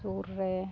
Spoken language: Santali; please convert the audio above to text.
ᱥᱩᱨ ᱨᱮ